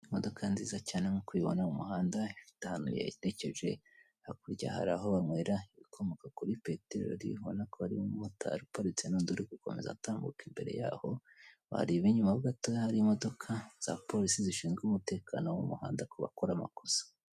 Imodoka nziza cyane nkuko ubibona mu muhanda ifite ahantu yerekeje hakurya hariya aho banywera ibikomoka kuri peterori urabona ko hari umumotari uparitse n'undi uri gukomeza atambuka imbere yaho wareba inyumaho gatoya hari imodoka za polisi zishinzwe umutekano wo mu muhanda kubakora amakosa.